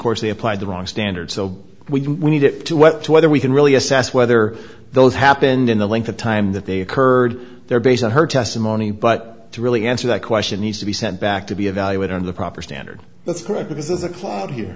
coarsely applied the wrong standard so we needed to what to whether we can really assess whether those happened in the length of time that they occurred there based on her testimony but to really answer that question needs to be sent back to be evaluated in the proper standard that's correct because there's a cloud here